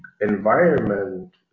environment